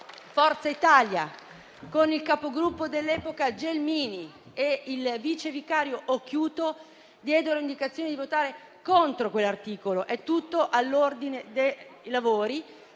Forza Italia, con il capogruppo dell'epoca Gelmini e il vice capogruppo vicario Occhiuto diedero indicazione di votare contro quell'articolo (è tutto nel resoconto dei lavori).